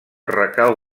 recau